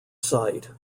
site